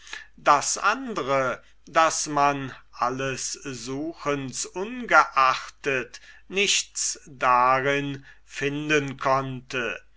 das andre daß man alles suchens ungeachtet nichts darin finden konnte